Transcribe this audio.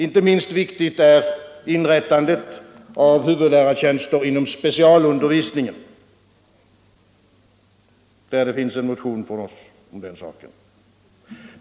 Inte minst viktigt är inrättandet av huvudlärartjänster inom specialundervisningen. Det finns en motion om den saken.